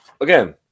again